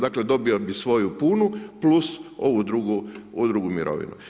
Dakle, dobio bi svoju punu plus ovu drugu mirovinu.